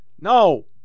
No